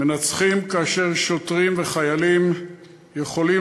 מנצחים כאשר שוטרים וחיילים יכולים